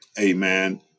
amen